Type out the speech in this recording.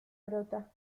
brota